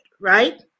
right